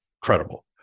Credible